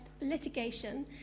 litigation